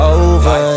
over